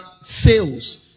sales